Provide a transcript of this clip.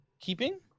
Keeping